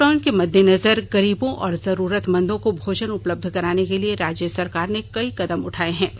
lockdown के मद्देनजर गरीबों और जरुरतमंदों को भोजन उपलब्ध कराने के लिए राज्य सरकार ने कई कदम उठाए हैं